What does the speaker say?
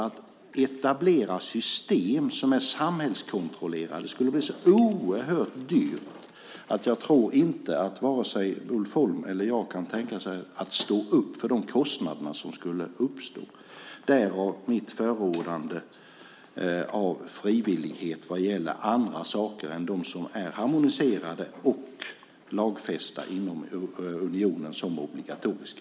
Att etablera system som är samhällskontrollerade skulle bli så oerhört dyrt att jag inte tror att vare sig Ulf Holm eller jag kan tänka oss att stå upp för de kostnader som skulle uppstå, därav mitt förordande av frivillighet vad gäller andra saker än dem som är harmoniserade och lagfästa inom unionen som obligatoriska.